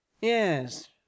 Yes